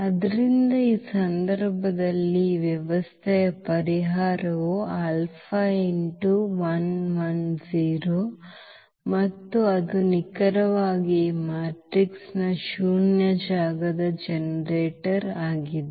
ಆದ್ದರಿಂದ ಈ ಸಂದರ್ಭದಲ್ಲಿ ಈ ವ್ಯವಸ್ಥೆಯ ಪರಿಹಾರವು ಮತ್ತು ಅದು ನಿಖರವಾಗಿ ಈ ಮ್ಯಾಟ್ರಿಕ್ಸ್ನ ಶೂನ್ಯ ಜಾಗದ ಜನರೇಟರ್ ಆಗಿದೆ